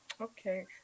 Okay